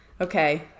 Okay